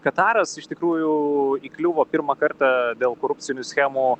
kataras iš tikrųjų įkliuvo pirmą kartą dėl korupcinių schemų